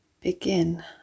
begin